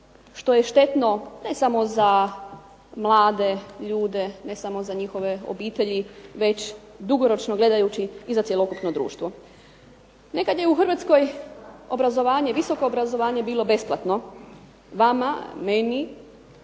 što je štetno ne samo za mlade ljude, ne samo za njihove obitelji već dugoročno gledajući i za cjelokupno društvo. Nekad je u Hrvatskoj obrazovanje, visoko obrazovanje bilo besplatno. Vama, meni